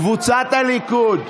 קבוצת הליכוד,